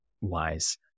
wise